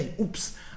Oops